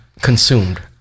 consumed